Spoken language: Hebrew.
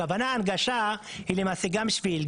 הכוונה בהנגשה זה גם שביל,